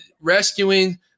rescuing